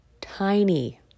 tiny